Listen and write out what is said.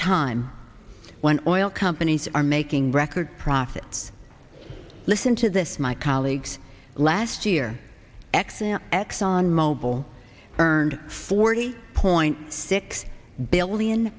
time when oil companies are making record profits listen to this my colleagues last year excellent exxon mobil earned forty point six billion